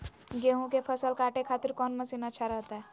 गेहूं के फसल काटे खातिर कौन मसीन अच्छा रहतय?